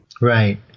Right